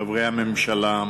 חברי הממשלה,